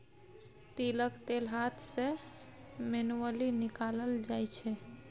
तिलक तेल हाथ सँ मैनुअली निकालल जाइ छै